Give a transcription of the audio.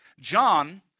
John